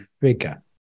figure